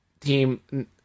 team